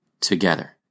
together